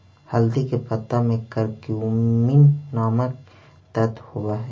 हरदी के पत्ता में करक्यूमिन नामक तत्व होब हई